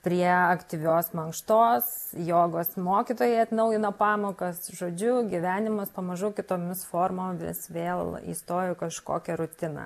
prie aktyvios mankštos jogos mokytoja atnaujino pamokas žodžiu gyvenimas pamažu kitomis formomis vėl įstojo į kažkokią rutiną